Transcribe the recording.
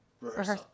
rehearsal